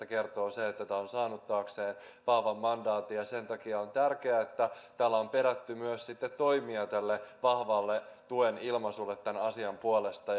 kertoo siitä että tämä on saanut taakseen vahvan mandaatin sen takia on tärkeää että täällä on perätty myös sitten toimia tälle vahvalle tuen ilmaisulle tämän asian puolesta